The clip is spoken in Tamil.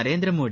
நரேந்திரமோடி